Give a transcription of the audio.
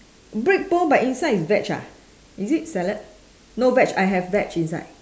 brick bowl but inside is veg ah is it salad no veg I have veg inside